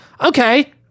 okay